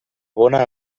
bona